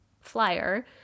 flyer